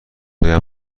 هایم